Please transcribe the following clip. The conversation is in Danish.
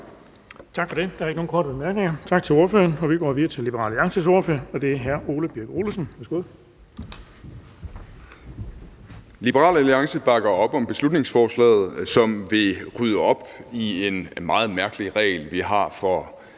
Tak for det. Der er ikke nogen korte bemærkninger. Tak til ordføreren. Vi går videre til Liberal Alliances ordfører, og det er hr. Ole Birk Olesen. Værsgo. Kl. 20:47 (Ordfører) Ole Birk Olesen (LA): Liberal Alliance bakker op om beslutningsforslaget, som vil rydde op i en meget mærkelig regel, vi har for